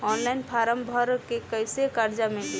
Online form भर के कैसे कर्जा मिली?